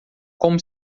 como